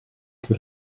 che